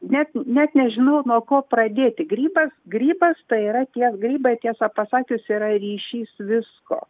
net net nežinau nuo ko pradėti grybas grybas tai yra tie grybai tiesą pasakius yra ryšys visko